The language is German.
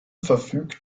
verfügt